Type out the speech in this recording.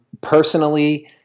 personally